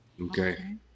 Okay